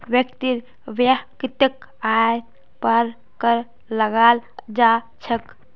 व्यक्तिर वैयक्तिक आइर पर कर लगाल जा छेक